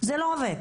זה לא עובד,